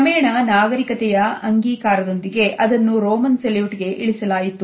ಕ್ರಮೇಣ ನಾಗರಿಕತೆಯ ಅಂಗೀಕಾರ ದೊಂದಿಗೆ ಅದನ್ನು Roman salute ಗೆ ಇಳಿಸಲಾಯಿತು